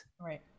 right